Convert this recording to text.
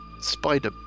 spider